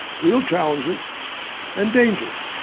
real challenges and dangers.